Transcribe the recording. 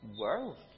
world